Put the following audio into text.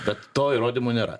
bet to įrodymų nėra